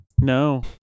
No